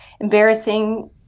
embarrassing